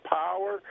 power